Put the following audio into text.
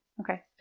Okay